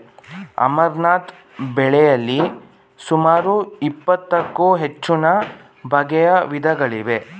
amaranth ಬೆಳೆಯಲಿ ಸುಮಾರು ಇಪ್ಪತ್ತಕ್ಕೂ ಹೆಚ್ಚುನ ಬಗೆಯ ವಿಧಗಳಿವೆ